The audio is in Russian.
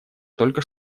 только